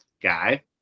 guy